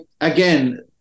again